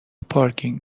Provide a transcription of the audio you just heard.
پارکینگ